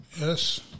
Yes